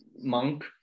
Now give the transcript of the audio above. monk